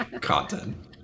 content